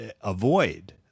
avoid